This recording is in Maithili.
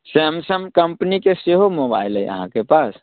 सैमसङ्ग कम्पनीके सेहो मोबाइल अइ अहाँकेँ पास